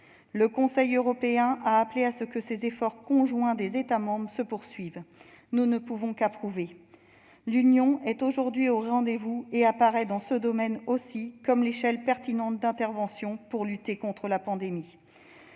Le Conseil européen a appelé à ce que ces efforts conjoints des États membres se poursuivent, ce que nous ne pouvons qu'approuver. L'Union est aujourd'hui au rendez-vous et apparaît, dans ce domaine aussi, comme l'échelon pertinent d'intervention pour lutter contre la pandémie.